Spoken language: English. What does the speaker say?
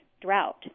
drought